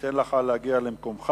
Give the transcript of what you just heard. ניתן לך להגיע למקומך.